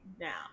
now